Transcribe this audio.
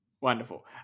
Wonderful